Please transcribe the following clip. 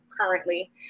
currently